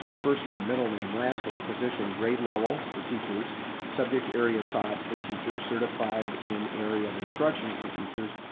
first name, middle name, last name, position, grade level for teachers subject area taught for teachers certified in area of instruction for teachers,